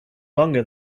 longer